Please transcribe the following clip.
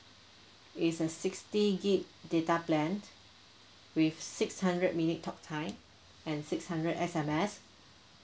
is a sixty gig data plan with six hundred minute talk time and six hundred S_M_S